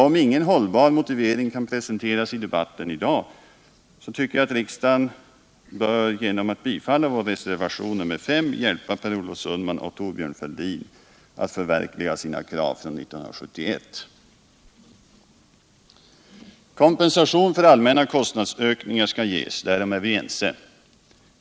Om ingen hållbar motivering kan presenteras i debatten i dag bör riksdagen genom att bifalla vår reservation nr 5 hjälpa Per Olof Sundman och Thorbjörn Fälldin att förverkliga sina krav från 1971. Kompensation för allmänna kostnadsökningar skall ges. Därom är vi ense.